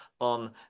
on